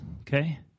okay